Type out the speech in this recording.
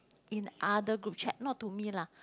in other group chat not to me lah